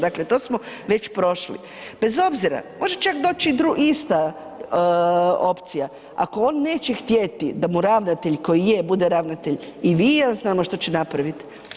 Dakle, to smo već prošli, bez obzira, može čak doći ista opcija, ako on neće htjeti da mu ravnatelj, koji je bude ravnatelj i vi i ja znamo što će napraviti.